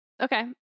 Okay